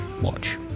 watch